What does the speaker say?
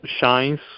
shines